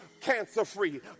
cancer-free